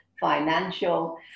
financial